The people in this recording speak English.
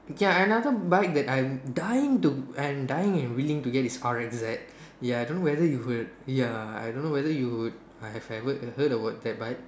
okay another bike that I'm dying to I'm dying and willing to get is R X Z ya I don't know whether you heard ya I don't know whether you I have had heard heard about that bike